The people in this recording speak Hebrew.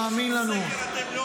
מאמין בנו.